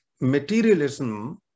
materialism